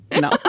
no